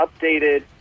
updated